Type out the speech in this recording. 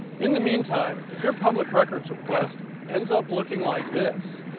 in the mean time if your public records request ends up looking like this,